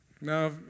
Now